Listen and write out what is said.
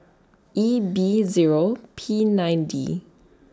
E B Zero P nine D